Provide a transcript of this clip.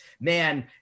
man